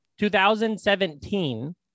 2017